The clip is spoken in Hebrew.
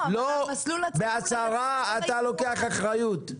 בהצהרה אתה לוקח אחריות.